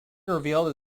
revealed